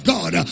God